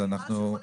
מה שמך,